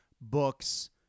books